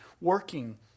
working